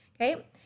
okay